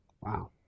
Wow